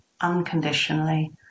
unconditionally